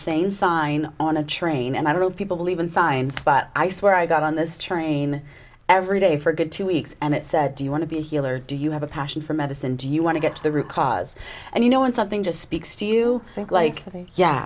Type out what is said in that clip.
same sign on a train and i don't know people believe in signs but i swear i got on this train every day for a good two weeks and it said do you want to be a healer do you have a passion for medicine do you want to get to the root cause and you know and something just speaks to you think like